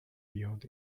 beyond